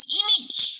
image